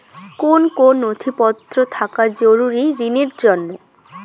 কোন কোন নথিপত্র থাকা জরুরি ঋণের জন্য?